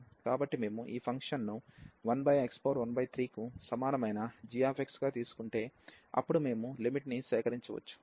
కాబట్టి మేము ఈ ఫంక్షన్ను 1x13 కు సమానమైన gగా తీసుకుంటే అప్పుడు మేము లిమిట్ ని సేకరించవచ్చు